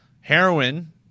heroin